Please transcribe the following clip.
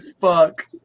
fuck